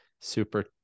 super